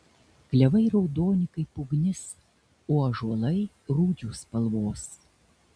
klevai raudoni kaip ugnis o ąžuolai rūdžių spalvos